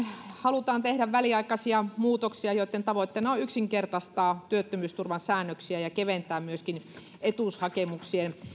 halutaan tehdä väliaikaisia muutoksia joitten tavoitteena on yksinkertaistaa työttömyysturvan säännöksiä ja keventää myöskin etuushakemuksien